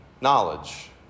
knowledge